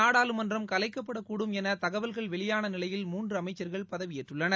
நாடாளுமன்றம் கலைக்கப்படக்கூடும் என தகவல்கள் வெளியான நிலையில் மூன்று அமைச்சா்கள் பதவியேற்றுள்ளனர்